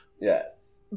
yes